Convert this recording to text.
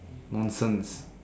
nonsense